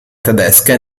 tedesche